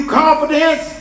confidence